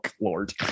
Lord